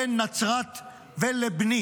בן נצרת ולבני".